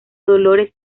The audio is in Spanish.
dolores